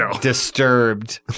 Disturbed